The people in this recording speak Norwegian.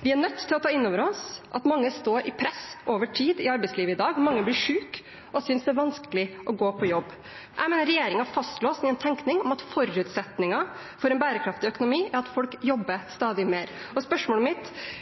Vi er nødt til å ta innover oss at mange står i press over tid i arbeidslivet i dag. Mange blir syke og synes det er vanskelig å gå på jobb. Jeg mener regjeringen er fastlåst i en tenkning om at forutsetningen for en bærekraftig økonomi er at folk jobber